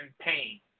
pain